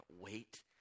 wait